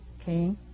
okay